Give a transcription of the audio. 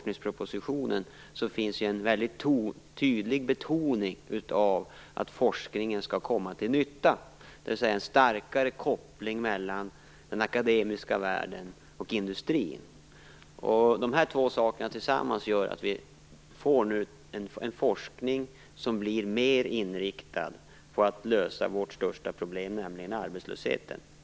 I propositionen betonas tydligt att forskningen skall komma till nytta, dvs. att det skall vara en starkare koppling mellan den akademiska världen och industrin. Detta tillsammans gör att forskningen nu kommer att bli mer inriktad på att lösa vårt största problem, nämligen arbetslösheten.